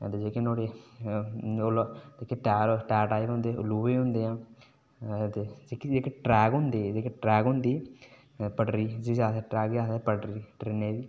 ते जेह्के नुआढ़े टायर होंदे ओह् लोहे दे होंदे ते जेह्की ट्रैक होंदी पटरी जिसी आखदे ट्रेन दी